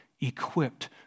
equipped